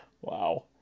Wow